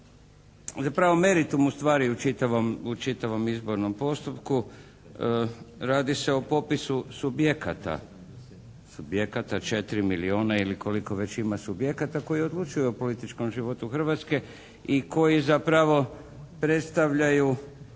zapravo meritumu stvari u čitavom izbornom postupku. Radi se o popisu subjekata, subjekata 4 milijuna ili koliko već ima subjekata koji odlučuju o političkom životu Hrvatske i koji zapravo predstavljaju